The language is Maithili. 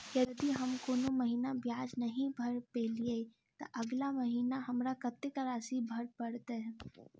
यदि हम कोनो महीना ब्याज नहि भर पेलीअइ, तऽ अगिला महीना हमरा कत्तेक राशि भर पड़तय?